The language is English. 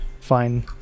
fine